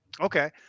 Okay